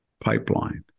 pipeline